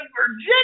Virginia